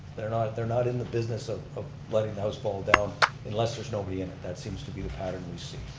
they're not they're not in the business of of letting the house fall down unless there's nobody in it. that seems to be the pattern we see.